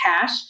cash